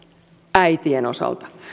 äitien osalta